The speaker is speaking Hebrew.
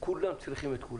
כולם צריכים את כולם.